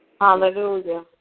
Hallelujah